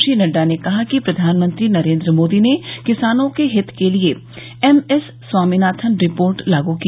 श्री नड्डा ने कहा कि प्रधानमंत्री नरेन्द्र मोदी ने किसानों के हित के लिए एम एस स्वामीनाथन रिपोर्ट लागू की